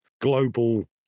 global